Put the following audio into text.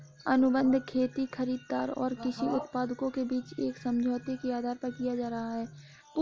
अनुबंध खेती खरीदार और कृषि उत्पादकों के बीच एक समझौते के आधार पर किया जा रहा है